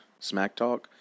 SmackTalk